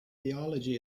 theology